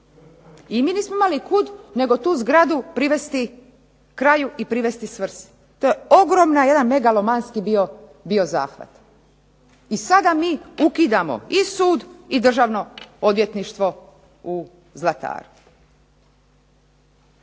I mi nismo imali kud, nego tu zgradu privesti kraju i privesti svrsi. To je ogromna jedna megalomanski bio zahvat. I sada mi ukidamo i sud i državno odvjetništvo u Zlataru.